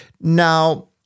Now